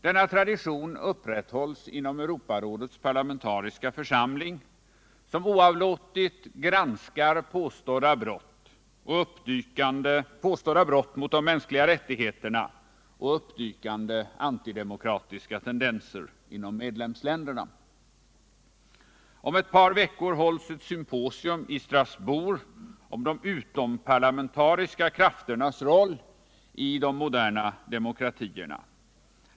Denna tradition upprätthålls inom Europarådets parlamentariska församling som oavlåtligt granskar påstådda brott mot de mänskliga rättigheterna och uppdykande antidemokratiska tendenser inom medlemsländerna. Om ett par veckor hålls ett symposium i Strasbourg om de utomparlamentariska krafternas roll i de moderna demokratierna.